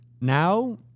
Now